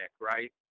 right